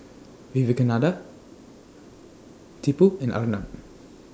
Vivekananda Tipu and Arnab